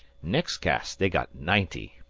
nex' cast they got ninety.